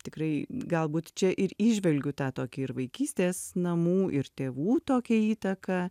tikrai galbūt čia ir įžvelgiu tą tokį ir vaikystės namų ir tėvų tokią įtaką